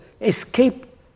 escape